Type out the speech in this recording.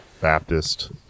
Baptist